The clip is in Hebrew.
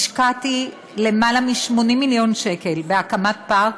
השקעתי למעלה מ-80 מיליון שקל בהקמת פארק